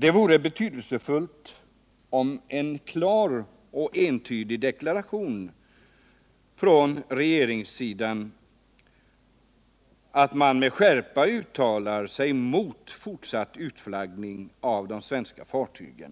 Det vore betydelsefullt med en klar och entydig deklaration från regeringens sida, där man med skärpa uttalar sig mot fortsatt utflaggning av svenska fartyg.